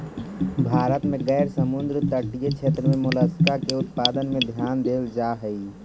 भारत में गैर समुद्र तटीय क्षेत्र में मोलस्का के उत्पादन में ध्यान देल जा हई